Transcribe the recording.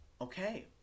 Okay